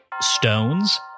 stones –